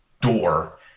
door